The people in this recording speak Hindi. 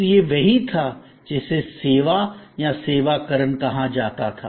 तो यह वही था जिसे सेवा या सेवाकरण कहा जाता था